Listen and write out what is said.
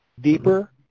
deeper